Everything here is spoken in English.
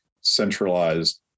centralized